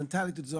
מהמנטליות הזו,